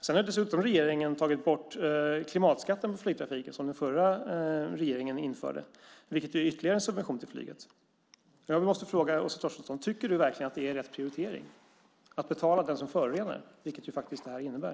Sedan har regeringen dessutom tagit bort klimatskatten på flyget som den förra regeringen införde, vilket är en ytterligare subvention till flyget. Jag måste fråga Åsa Torstensson: Tycker du verkligen att det är rätt prioritering att betala den som förorenar, vilket detta faktiskt innebär?